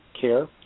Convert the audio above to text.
care